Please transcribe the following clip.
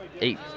eight